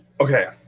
okay